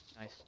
Nice